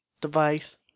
device